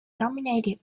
dominated